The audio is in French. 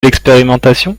l’expérimentation